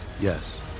Yes